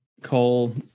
Cole